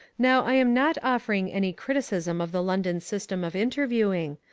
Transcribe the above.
now i am not offering any criticism of the london system of interviewing,